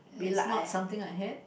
is not something I had